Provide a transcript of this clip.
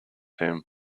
him